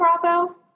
Bravo